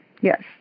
Yes